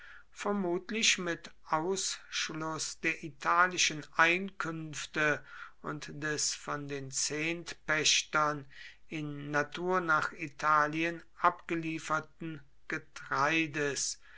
vermutlich mit ausschluß der italischen einkünfte und des von den zehntpächtern in natur nach italien abgelieferten getreides